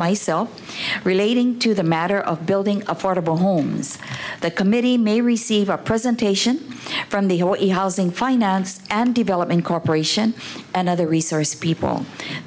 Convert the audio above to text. myself relating to the matter of building affordable homes the committee may receive our presentation from the housing finance and development corporation and other resource people